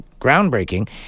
groundbreaking